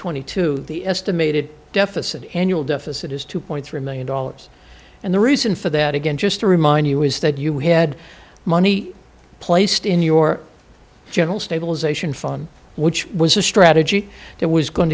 twenty two the estimated deficit annual deficit is two point three million dollars and the reason for that again just to remind you is that you had money placed in your general stabilization fund which was a strategy that was going